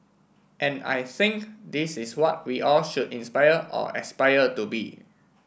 and I think this is what we all should inspire or aspire to be